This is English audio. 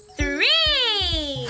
Three